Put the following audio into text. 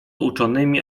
uczonymi